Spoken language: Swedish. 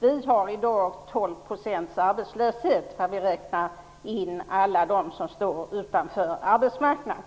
Vi har i dag 12 % arbetslöshet om vi räknar in alla dem som står utanför arbetsmarknaden.